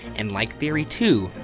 and like theory two,